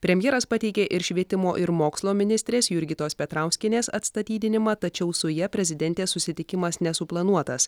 premjeras pateikė ir švietimo ir mokslo ministrės jurgitos petrauskienės atstatydinimą tačiau su ja prezidentės susitikimas nesuplanuotas